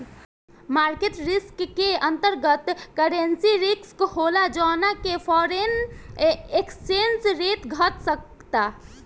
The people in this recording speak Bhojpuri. मार्केट रिस्क के अंतर्गत, करेंसी रिस्क होला जौना से फॉरेन एक्सचेंज रेट घट सकता